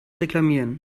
reklamieren